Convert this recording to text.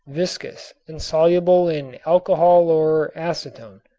viscous and soluble in alcohol or acetone.